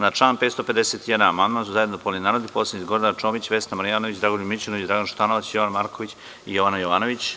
Na član 551. amandman su zajedno podneli narodni poslanici Gordana Čomić, Vesna Marjanović, Dragoljub Mićunović, Dragan Šutanovac, Jovan Marković i Jovana Jovanović.